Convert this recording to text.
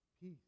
peace